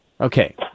Okay